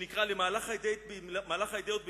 שנקרא "למהלך האידיאות בישראל".